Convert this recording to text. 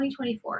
2024